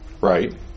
Right